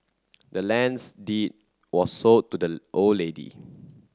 the land's deed was sold to the old lady